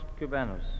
Cubanos